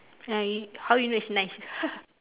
uh how you know is nice